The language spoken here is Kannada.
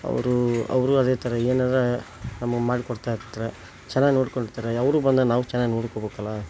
ಅವರು ಅವರೂ ಅದೇ ಥರ ಏನಾರೂ ನಮಗೆ ಮಾಡಿಕೊಡ್ತಾ ಇರ್ತಾರೆ ಚೆನ್ನಾಗಿ ನೋಡಿಕೊಳ್ತಾರೆ ಅವರೂ ಬಂದಾಗ ನಾವು ಚೆನ್ನಾಗಿ ನೋಡ್ಕೊಬೇಕಲ್ಲ